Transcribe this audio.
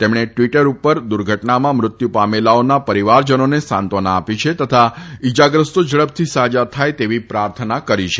તેમણે ટવીટર ઉપર દુર્ધટનામાં મૃત્યુ પામેલાઓના પરીવારજનોને સાંત્વના આપી છે તથા ઇજાગ્રસ્તો ઝડપથી સાજા થાય તેવી પ્રાર્થના કરી છે